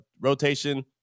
rotation